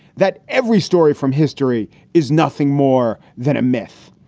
that every story from history is nothing more than a myth.